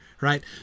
right